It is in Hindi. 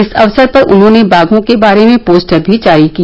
इस अवसर पर उन्होंने बाघों के बारे में पोस्टर भी जारी किया